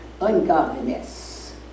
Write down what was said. ungodliness